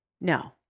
No